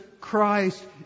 Christ